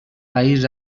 país